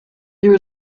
there